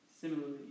Similarly